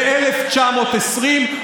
ב-1920.